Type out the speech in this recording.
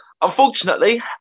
Unfortunately